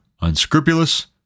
unscrupulous